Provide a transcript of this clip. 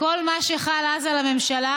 כל מה שחל אז על הממשלה,